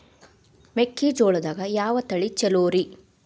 ಮೆಕ್ಕಿಜೋಳದಾಗ ಯಾವ ತಳಿ ಛಲೋರಿ?